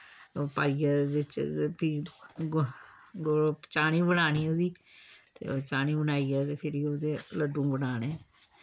ओह् पाइयै बिच्च ते फ्ही गुड़ चानी बनानी ओह्दी ते ओह् चानी बनाइयै ते फिरी ओह्दे लड्डू बनाने